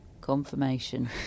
confirmation